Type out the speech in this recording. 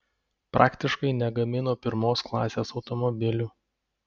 praktiškai negamino pirmos klasės automobilių